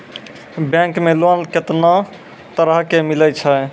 Bank मे loan कैतना तरह के मिलै छै?